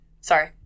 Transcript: Sorry